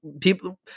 people